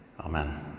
Amen